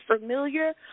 familiar